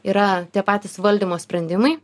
yra tie patys valdymo sprendimai